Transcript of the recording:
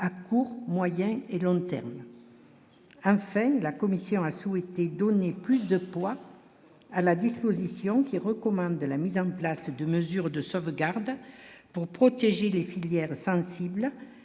à court, moyen et long terme. Enfin, la commission a souhaité donner plus de poids à la disposition, qui recommande la mise en place. 2 mesures de sauvegarde pour protéger les filières sensible